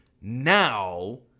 now